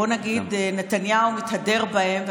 שנתניהו מתהדר בהם,